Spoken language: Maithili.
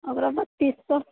अरवो बत्तीस सए